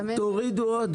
תורידו עוד.